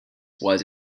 was